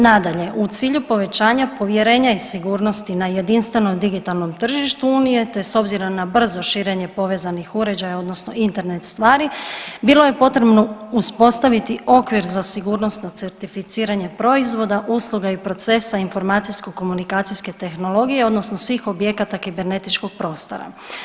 Nadalje, u cilju povećanja povjerenja iz sigurnost na jedinstvenom digitalnom tržištu nije te s obzirom na brzo širenje povezanih uređaja odnosno internet stvari, bilo je potrebno uspostaviti okvir za sigurnosno certificiranje proizvoda, usluga i procesa informacijske-komunikacijske tehnologije, odnosno svih objekata kibernetičkog prostora.